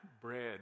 bread